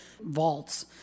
vaults